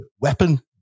weapon